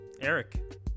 Eric